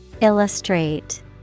Illustrate